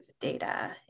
data